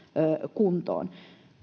kuntoon